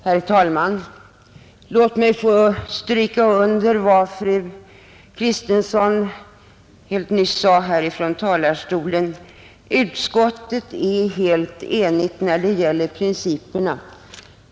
Herr talman! Låt mig få stryka under vad fru Kristensson alldeles nyss sade från talarstolen: utskottet är helt enigt när det gäller principerna.